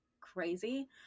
crazy